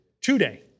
today